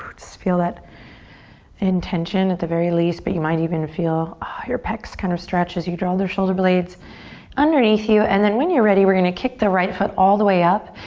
just feel that and tension at the very least but you might even feel ah your pecs kind of stretch as you draw your shoulder blades underneath you and then when you're ready, we're gonna kick the right foot all the way up.